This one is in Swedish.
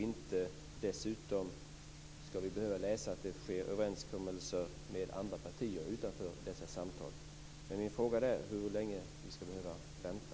Inte skall vi behöva läsa att det sker överenskommelser med andra partier utanför dessa samtal. Min fråga är: Hur länge skall vi behöva vänta?